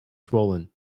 swollen